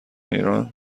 ایران